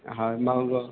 हा मग